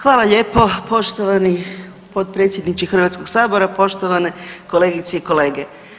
Hvala lijepo poštovani potpredsjedniče Hrvatskog sabora, poštovane kolegice i kolege.